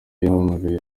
yahamagaye